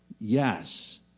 Yes